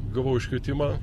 gavau iškvietimą